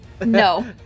No